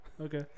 okay